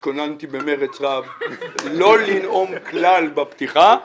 התכוננתי במרץ רב לא לנאום כלל בפתיחה,